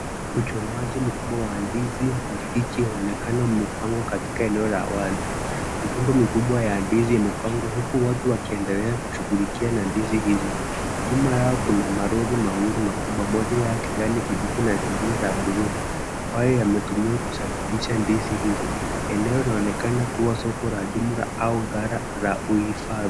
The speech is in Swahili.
Uchomaji mkubwa wa ndizi mbichi unaonekana umepangwa katika eneo la wazi. Mikungu mikubwa ya ndizi imepangwa huku watu wakiendelea kushughulikia na ndizi hizo. Nyuma yao kuna malori mawili makubwa, moja ya kijani kibichi na lingine la blue ambayo yametumiwa kusafirisha ndizi hizo. Eneo linaonekana kuwa soko la jumla au ghala la uhifadhi.